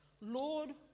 Lord